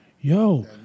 Yo